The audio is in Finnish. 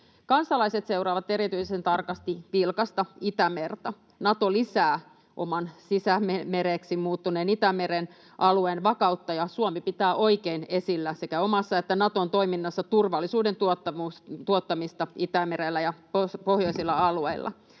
Kansalaiset seuraavat erityisen tarkasti vilkasta Itämerta. Nato lisää oman sisämereksi muuttuneen Itämeren alueen vakautta, ja Suomi pitää oikein esillä sekä omassa että Naton toiminnassa turvallisuuden tuottamista Itämerellä ja pohjoisilla alueilla.